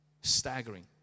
Staggering